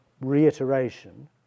reiteration